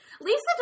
Lisa